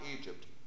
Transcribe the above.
Egypt